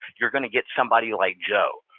you're going to get somebody like joe,